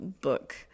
book